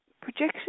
projection